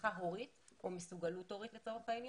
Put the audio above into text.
תמיכה הורית או מסוגלות הורית לצורך העניין,